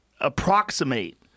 Approximate